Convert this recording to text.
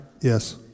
Yes